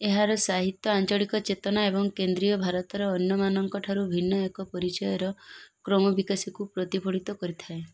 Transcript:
ଏହାର ସାହିତ୍ୟ ଆଞ୍ଚଳିକ ଚେତନା ଏବଂ କେନ୍ଦ୍ରୀୟ ଭାରତର ଅନ୍ୟମାନଙ୍କ ଠାରୁ ଭିନ୍ନ ଏକ ପରିଚୟର କ୍ରମବିକାଶକୁ ପ୍ରତିଫଳିତ କରିଥାଏ